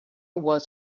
was